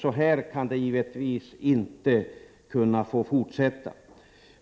Så kan det givetvis inte få fortsätta.